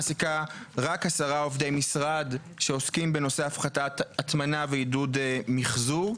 מעסיקה רק עשרה עובדי משרד שעוסקים בנושאי הפחתת הטמנה ועידוד מחזור?